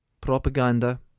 propaganda